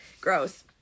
Gross